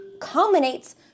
culminates